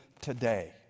today